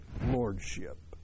Lordship